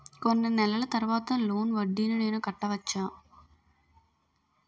కొన్ని నెలల తర్వాత లోన్ వడ్డీని నేను కట్టవచ్చా?